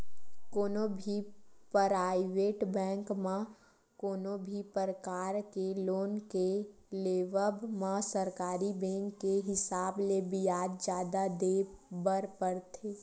कोनो भी private bank म कोनो भी परकार के लोन के लेवब म सरकारी बेंक के हिसाब ले बियाज जादा देय बर परथे